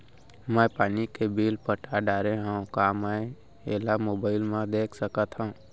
मैं पानी के बिल पटा डारे हव का मैं एला मोबाइल म देख सकथव?